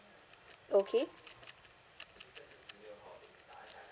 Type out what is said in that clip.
okay